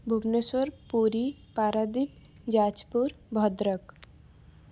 Bhubaneswar Puri Paradip Jajpur Bhadrak